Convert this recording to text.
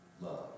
love